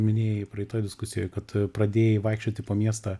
minėjai praeitoj diskusijoj kad tu pradėjai vaikščioti po miestą